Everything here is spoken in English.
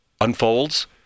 unfolds